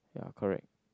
ya correct